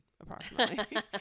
approximately